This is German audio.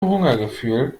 hungergefühl